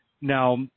Now